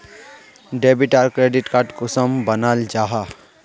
Debit आर credit card कुंसम बनाल जाहा?